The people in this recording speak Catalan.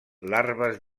larves